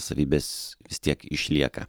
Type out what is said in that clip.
savybės vis tiek išlieka